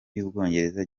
y’ubwongereza